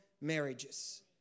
marriages